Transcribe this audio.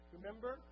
Remember